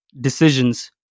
decisions